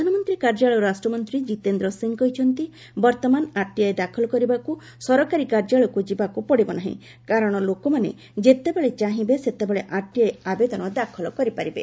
ପ୍ରଧାନମନ୍ତ୍ରୀ କାର୍ଯ୍ୟାଳୟ ରାଷ୍ଟ୍ରମନ୍ତ୍ରୀ କିତେନ୍ଦ୍ର ସିଂ କହିଛନ୍ତି ବର୍ତ୍ତମାନ ଆର୍ଟିଆଇ ଦାଖଲ କରିବାକୁ ସରକାରୀ କାର୍ଯ୍ୟାଳୟକୁ ଯିବାକୁ ପଡ଼ିବ ନାହିଁ କାରଣ ଲୋକମାନେ ଯେତେବେଳେ ଚାହିଁବେ ସେତେବେଳେ ଆର୍ଟିଆଇ ଆବେଦନ ଦାଖଲ କରିପାରିବେ